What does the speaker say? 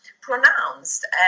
pronounced